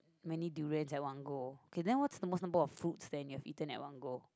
many durians at one go okay then what the most number of fruits that you have eaten in one go